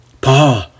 Paul